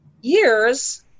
years